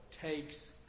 takes